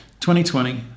2020